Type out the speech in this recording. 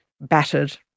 battered